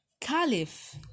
Caliph